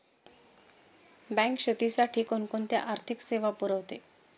Bank शेतीसाठी कोणकोणत्या आर्थिक सेवा पुरवते?